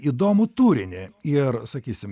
įdomų turinį ir sakysim